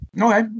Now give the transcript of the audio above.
Okay